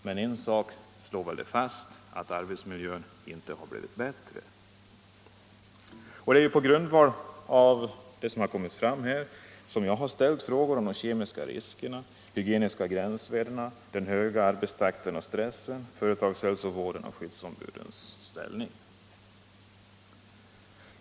Men en sak är påtaglig: arbetsmiljön har inte blivit bättre. Det är på grundval av vad som här har kommit fram som jag har ställt frågor om de kemiska riskerna, de hygieniska gränsvärdena, den höga arbetstakten och stressen, företagshälsovården och skyddsombudens ställning.